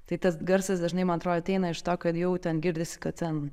tai tas garsas dažnai man atrodo ateina iš to kad jau ten girdisi kad ten